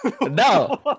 No